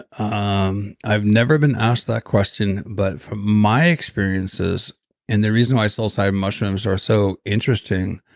um i've never been asked that question, but from my experiences and the reason why psilocybin mushrooms are so interesting,